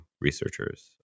researchers